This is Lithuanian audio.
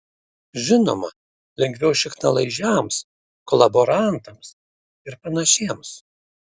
žinoma lengviau šiknalaižiams kolaborantams ir panašiems